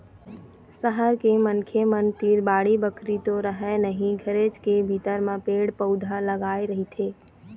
सहर के मनखे मन तीर बाड़ी बखरी तो रहय नहिं घरेच के भीतर म पेड़ पउधा लगाय रहिथे